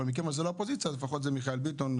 אבל מכיוון שזה לא האופוזיציה אז לפחות זה מיכאל ביטון,